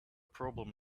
problem